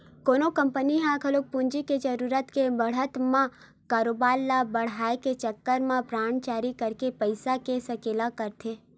कोनो कंपनी ह घलो पूंजी के जरुरत के पड़त म कारोबार ल बड़हाय के चक्कर म बांड जारी करके पइसा के सकेला करथे